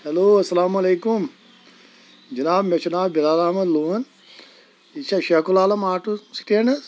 hello اَلسلام علیکم جناب مےٚ چھُ ناو بِلال احمد لون یہِ چھا شیخُ العالم آٹوٗ سِٹینٛڈ حظ